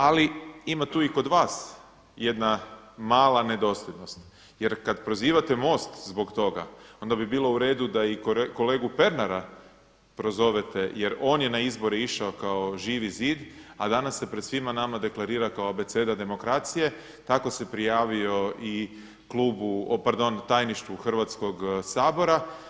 Ali ima tu i kod vas jedna mala nedosljednost jer kada prozivate MOST zbog toga onda bi bilo uredu da i kolegu Pernara prozovete jer on je na izbore išao kao Živi zid, a danas se pred svima nama deklarira kao Abeceda demokracije, tako se prijavio i tajništvu Hrvatskog sabora.